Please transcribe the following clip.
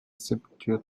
sépulture